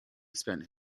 spent